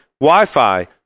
Wi-Fi